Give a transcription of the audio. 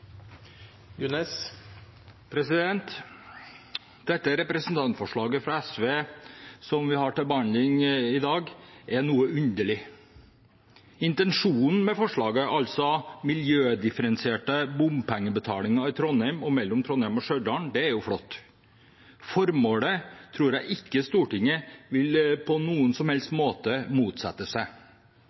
3 minutter. Dette representantforslaget fra SV som vi har til behandling i dag, er noe underlig. Intensjonen med forslaget om miljødifferensiert bompengebetaling i Trondheim og mellom Trondheim og Stjørdal er flott. Formålet tror jeg ikke Stortinget på noen som helst måte vil motsette seg.